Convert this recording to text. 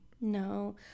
No